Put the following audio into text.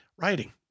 writing